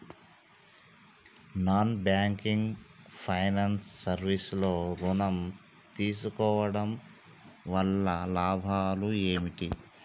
Non banking finance service లో ఋణం తీసుకోవడం వల్ల లాభాలు ఏమిటి?